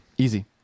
Easy